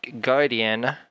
guardian